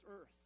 earth